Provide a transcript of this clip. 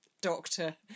doctor